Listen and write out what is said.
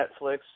Netflix